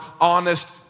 honest